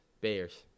Bears